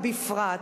בפרט,